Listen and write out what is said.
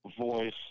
voice